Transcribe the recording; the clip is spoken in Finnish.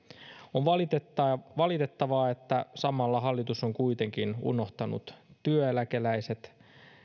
on valitettavaa valitettavaa että samalla hallitus on kuitenkin unohtanut työeläkeläiset